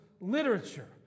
literature